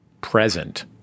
present